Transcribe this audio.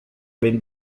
ben